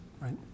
right